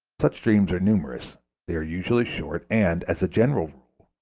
such dreams are numerous they are usually short, and, as a general rule,